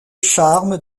charme